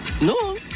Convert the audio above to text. No